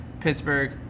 Pittsburgh